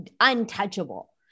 untouchable